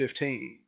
15